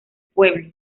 pueblo